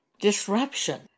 disruption